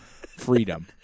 Freedom